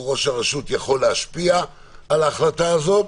ראש הרשות יכול להשפיע על ההחלטה הזאת,